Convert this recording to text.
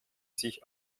sich